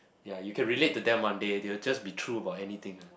ya you can relate to them one day they will just be true about anything ah